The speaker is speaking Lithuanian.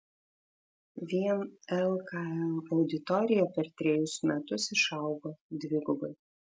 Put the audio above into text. vien lkl auditorija per trejus metus išaugo dvigubai